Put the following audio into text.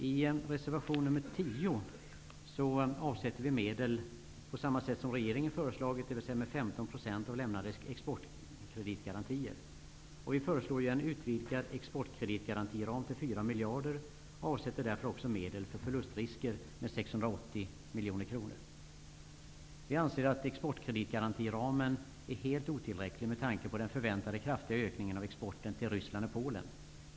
I reservation nr 10 avsätter vi medel på samma sätt som regeringen har föreslagit, dvs. med 15 % av lämnade exportkreditgarantier. Vi föreslår en utvidgad exportkreditgarantiram till 4 miljarder och avsätter därför också medel för förlustrisker med 680 miljoner kronor. Vi anser att exportkreditgarantiramen är helt otillräcklig med tanke på den förväntade kraftiga ökningen av exporten till Ryssland och Polen.